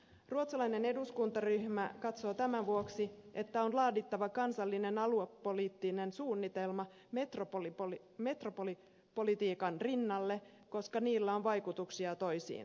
ruotsalainen eduskuntaryhmä katsoo tämän vuoksi että on laadittava kansallinen aluepoliittinen suunnitelma metropolipolitiikan rinnalle koska niillä on vaikutuksia toisiinsa